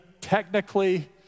technically